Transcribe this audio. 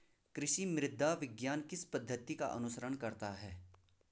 कृषि मृदा विज्ञान किस पद्धति का अनुसरण करता है?